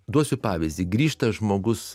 duosiu pavyzdį grįžta žmogus